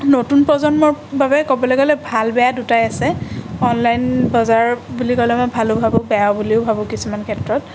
নতুন প্ৰজন্মৰ বাবে ক'বলৈ গ'লে ভাল বেয়া দুটাই আছে অনলাইন বজাৰ বুলি ক'লে মই ভালো ভাবোঁ বেয়াও বুলিও ভাবোঁ কিছুমান ক্ষেত্ৰত